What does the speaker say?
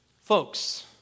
folks